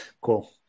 cool